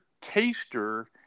taster